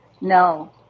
No